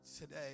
today